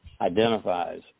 identifies